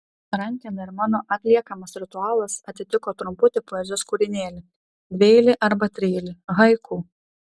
rankena ir mano atliekamas ritualas atitiko trumputį poezijos kūrinėlį dvieilį arba trieilį haiku